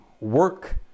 work